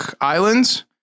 islands